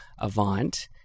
Avant